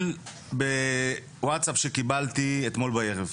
בווטסאפ שקיבלתי אתמול בערב.